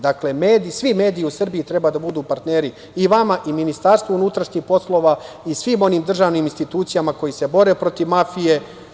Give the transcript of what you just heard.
Dakle, svi mediji u Srbiji treba da budu partneri i vama i Ministarstvu unutrašnjih poslova i svim onim državnim institucijama koje se bore protiv mafije.